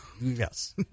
Yes